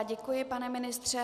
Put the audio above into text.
Děkuji, pane ministře.